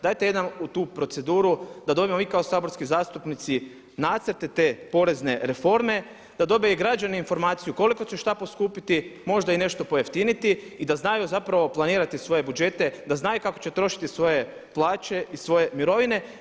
Dajte jedan u tu proceduru da dobijemo i kao saborski zastupnici nacrte te porezne reforme, da dobiju i građani informaciju koliko će šta poskupiti, možda i nešto pojeftiniti i da znaju zapravo planirati svoje budžete, da znaju kako će trošiti svoje plaće i svoje mirovine.